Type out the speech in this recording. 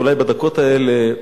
אולי בדקות האלה,